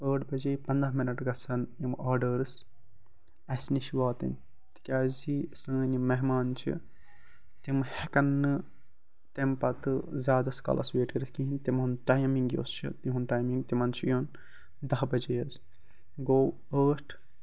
ٲٹھ بَجے پنٛداہ مِنٛٹ گژھَن یِم آرڈٲرٕس اَسہِ نِش واتٕنۍ تِکیٛازِ سٲنۍ یِم مہمان چھِ تِم ہیٚکَن نہٕ تمہِ پَتہٕ زیادَس کالَس ویٹ کٔرِتھ کِہیٖنۍ تِمَن ٹایمِنٛگ یۄس چھِ تِہنٛد ٹایِمنٛگ تِمَن چھِ یُن دہ بَجے حظ گوٚو ٲٹھ